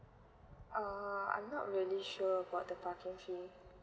err I'm not really sure about the parking fee